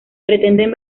pretenden